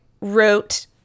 wrote